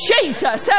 Jesus